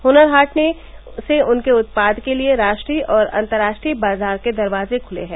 हुनर हाट से उनके उत्पाद के लिये राष्ट्रीय और अन्तर्राष्ट्रीय बाजार के दरवाजे खुले हैं